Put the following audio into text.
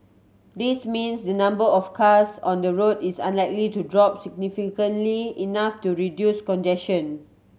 this means the number of cars on the road is unlikely to drop significantly enough to reduce congestion